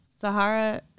Sahara